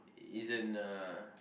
isn't uh